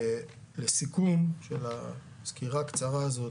לסיכום הסקירה הקצרה הזאת,